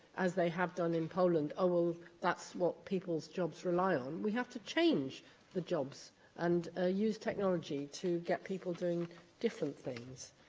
as they have done in poland, oh, that's what people's jobs rely on'. we have to change the jobs and use technology to get people doing different things.